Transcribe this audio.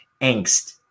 angst